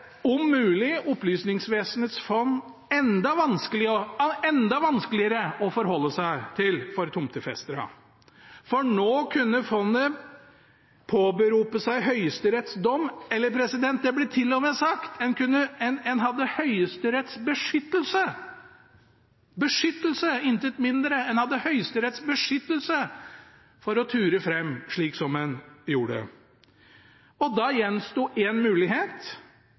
om mulig Opplysningsvesenets fond enda vanskeligere å forholde seg til for tomtefesterne, for nå kunne fondet påberope seg Høyesteretts dom. Det ble til og med sagt en hadde Høyesteretts beskyttelse – beskyttelse, intet mindre – en hadde Høyesteretts beskyttelse for å ture fram slik som en gjorde. Da gjensto én mulighet,